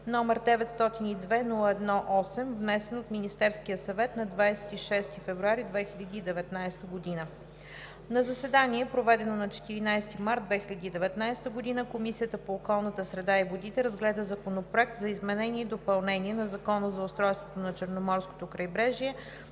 № 902-01-8, внесен от Министерския съвет на 26 февруари 2019 г. На заседание, проведено на 14 март 2019 г., Комисията по околната среда и водите разгледа Законопроект за изменение и допълнение на Закона за устройството на Черноморското крайбрежие,